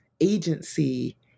agency